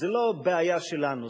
זו לא בעיה שלנו,